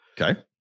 Okay